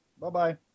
Bye-bye